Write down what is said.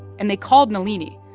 and they called nalini.